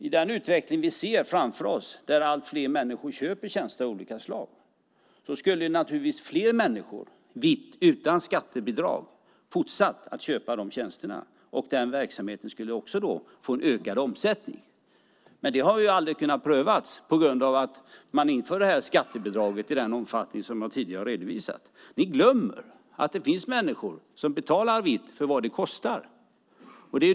I den utveckling vi ser framför oss, där allt fler människor köper tjänster av olika slag, skulle naturligtvis fler människor ha köpt de tjänsterna - vitt, utan skattebidrag - och den verksamheten skulle också ha fått ökad omsättning. Men det har aldrig kunnat prövas, eftersom man infört skattebidraget i den omfattning som jag tidigare har redovisat för. Ni glömmer att det finns människor som betalar vitt vad det kostar.